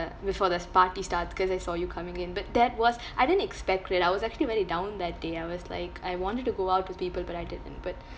before the s~ party start cause I saw you coming in but that was I didn't expect it I was actually very down that day I was like I wanted to go out with people but I didn't but